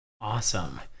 Awesome